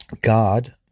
God